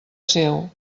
seu